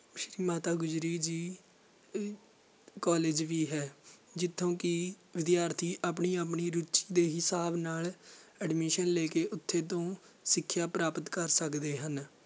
ਸ਼੍ਰੀ ਮਾਤਾ ਗੁਜਰੀ ਜੀ ਕੋਲੇਜ ਵੀ ਹੈ ਜਿੱਥੋਂ ਕਿ ਵਿਦਿਆਰਥੀ ਆਪਣੀ ਆਪਣੀ ਰੁਚੀ ਦੇ ਹਿਸਾਬ ਨਾਲ ਐਡਮਿਸ਼ਨ ਲੈ ਕੇ ਉੱਥੇ ਤੋਂ ਸਿੱਖਿਆ ਪ੍ਰਾਪਤ ਕਰ ਸਕਦੇ ਹਨ